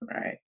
right